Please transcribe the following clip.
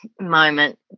moment